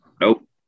Nope